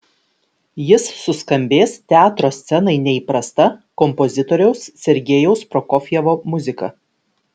jis suskambės teatro scenai neįprasta kompozitoriaus sergejaus prokofjevo muzika